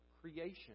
creation